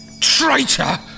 traitor